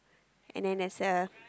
and then there's a